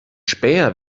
späher